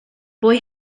boy